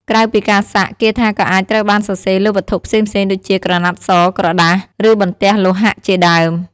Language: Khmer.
ក្រៅពីការសាក់ គាថាក៏អាចត្រូវបានសរសេរលើវត្ថុផ្សេងៗដូចជាក្រណាត់ស ក្រដាស ឬបន្ទះលោហៈជាដើម។